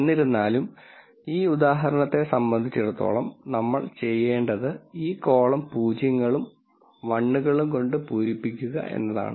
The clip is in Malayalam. എന്നിരുന്നാലും ഈ ഉദാഹരണത്തെ സംബന്ധിച്ചിടത്തോളം നമ്മൾ ചെയ്യേണ്ടത് ഈ കോളം പൂജ്യങ്ങളും വണ്ണുകളും കൊണ്ട് പൂരിപ്പിക്കുക എന്നതാണ്